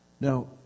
Now